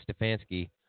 Stefanski